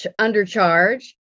undercharge